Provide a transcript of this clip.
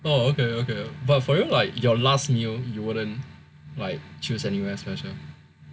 oh okay okay but then for you like your last meal you wouldn't like choose any anywhere special